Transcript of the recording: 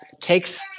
takes